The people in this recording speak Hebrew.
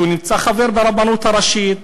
שהוא חבר ברבנות הראשית,